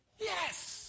Yes